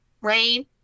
rain